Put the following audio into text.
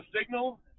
signal